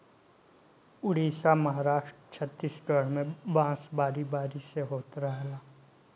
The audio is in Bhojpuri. उड़ीसा, महाराष्ट्र, छतीसगढ़ में बांस बारी बारी से होत रहेला